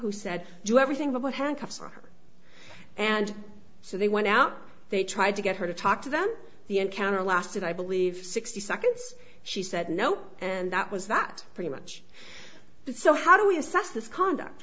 who said do everything about handcuffs or and so they went out they tried to get her to talk to them the encounter lasted i believe sixty seconds she said no and that was that pretty much so how do we assess this conduct